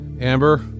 Amber